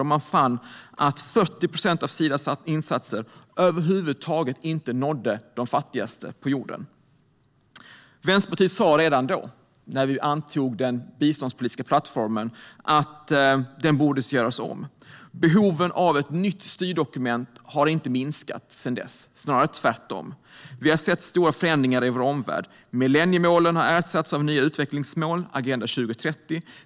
Man fann då att 40 procent av Sidas insatser nådde över huvud taget inte de fattigaste på jorden. Vänsterpartiet sa redan då - när den biståndspolitiska plattformen antogs - att den borde göras om. Behoven av ett nytt styrdokument har inte minskat sedan dess, snarare tvärtom. Det har skett stora förändringar i vår omvärld. Millenniemålen har ersatts av nya utvecklingsmål, Agenda 2030.